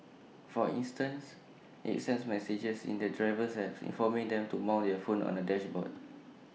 for instance IT sends messages in the driver's app informing them to mount their phone on the dashboard